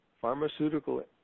pharmaceutical